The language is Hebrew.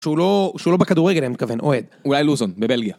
שהוא לא, שהוא לא בכדורגל, אני מכוון, אוהד. הוא אולי לוזון, בבלגיה.